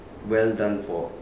well done for